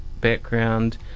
background